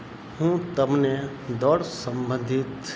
હું તમને દોડ સંબધિત